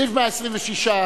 בסעיף 126,